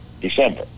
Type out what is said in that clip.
December